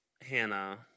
Hannah